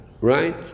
Right